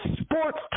sports